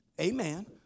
Amen